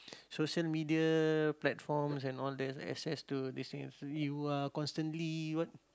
social media platforms and all that access to these things you are constantly what